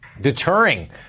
deterring